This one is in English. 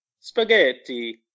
spaghetti